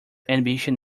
ambition